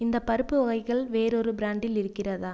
இந்த பருப்பு வகைகள் வேறொரு பிராண்டில் இருக்கிறதா